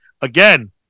again